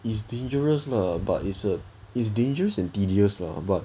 is dangerous lah but is a is dangerous and tedious lah but